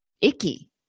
icky